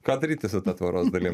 ką daryti su ta tvoros dalim